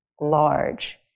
large